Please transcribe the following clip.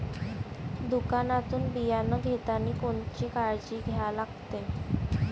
दुकानातून बियानं घेतानी कोनची काळजी घ्या लागते?